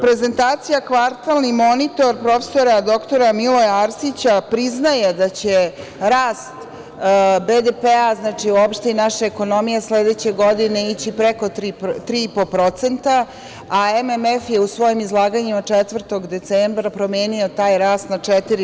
Prezentacija „Kvartalni monitor“ prof. dr Miloja Arsića priznaje da će rast BDP i uopšte naše ekonomije sledeće godine ići preko 3,5%, a MMF je u svom izlaganju od 4. decembra promenio taj rast na 4%